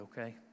okay